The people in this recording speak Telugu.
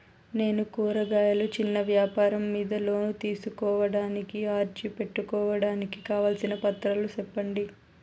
నేను కూరగాయలు చిన్న వ్యాపారం మీద లోను తీసుకోడానికి అర్జీ పెట్టుకోవడానికి కావాల్సిన పత్రాలు సెప్పండి?